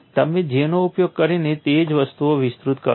તમે J નો ઉપયોગ કરીને તેવી જ વસ્તુઓ વિસ્તૃત કરો છો